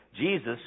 Jesus